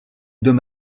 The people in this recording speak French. deux